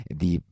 di